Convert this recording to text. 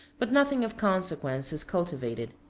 but nothing of consequence is cultivated.